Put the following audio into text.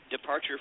departure